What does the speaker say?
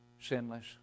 sinless